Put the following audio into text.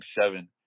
seven